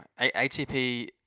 ATP